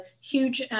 huge